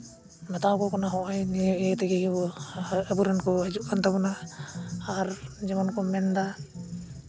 ᱢᱮᱛᱟᱣ ᱠᱚ ᱠᱟᱱᱟ ᱱᱚᱜᱼᱚᱭ ᱱᱮᱜᱼᱮ ᱛᱮᱜᱮ ᱜᱮᱵᱚ ᱟᱵᱚᱨᱮᱱ ᱠᱚ ᱦᱤᱡᱩᱜ ᱠᱟᱱ ᱛᱟᱵᱚᱱᱟ ᱟᱨ ᱡᱮᱢᱚᱱ ᱠᱚ ᱢᱮᱱᱫᱟ